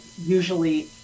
usually